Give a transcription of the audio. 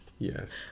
Yes